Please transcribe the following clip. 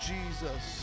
Jesus